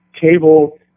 cable